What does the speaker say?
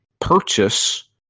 purchase